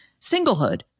singlehood